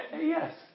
yes